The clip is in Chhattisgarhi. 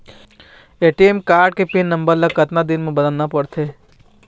ए.टी.एम कारड के पिन नंबर ला कतक दिन म बदलना पड़थे?